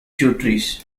trees